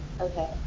okay